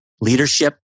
leadership